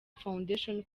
foundation